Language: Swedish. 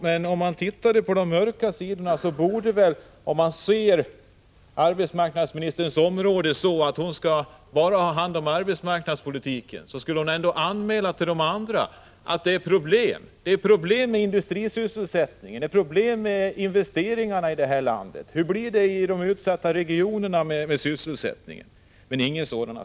Beträffande de mörka sidorna borde väl arbetsmarknadsministern, även om det är hon som har hand om arbetsmarknadsområdet, anmäla till de andra i regeringen att det finns problem när det gäller industrisysselsättningen och investeringarna i landet. Hur blir det med sysselsättningen i de utsatta regionerna? Arbetsmarknadsministern säger inget om detta.